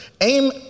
aim